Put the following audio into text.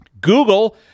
Google